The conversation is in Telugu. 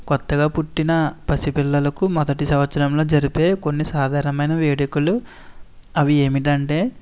కొత్తగా పుట్టిన పసి పిల్లలకు మొదటి సంవత్సరంలో జరిపే కొన్ని సాధారణమైన వేడుకలు అవి ఏమిటంటే